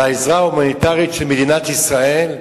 לעזרה ההומניטרית של מדינת ישראל,